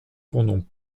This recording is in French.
pendant